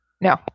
no